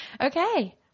Okay